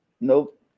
Nope